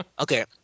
Okay